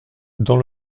dans